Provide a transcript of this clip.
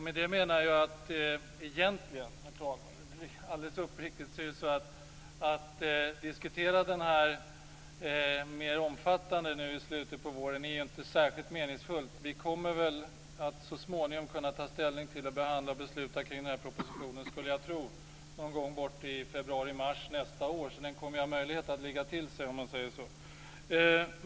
Med det menar jag att det alldeles uppriktigt sagt, herr talman, inte är särskilt meningsfullt att diskutera den i slutet av våren. Vi kommer så småningom att kunna ta ställning till och besluta kring propositionen - någon gång i februari mars nästa år skulle jag tro - så den kommer att kunna ligga till sig, om man säger så.